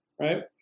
right